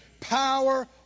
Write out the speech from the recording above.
Power